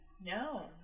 No